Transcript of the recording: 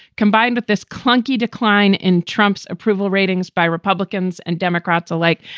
combined with this clunky decline in trump's approval ratings by republicans and democrats alike.